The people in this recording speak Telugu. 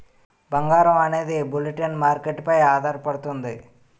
బంగారం అనేది బులిటెన్ మార్కెట్ పై ఆధారపడుతుంది